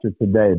today